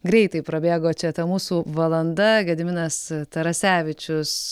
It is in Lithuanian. greitai prabėgo čia ta mūsų valanda gediminas tarasevičius